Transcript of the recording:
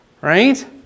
Right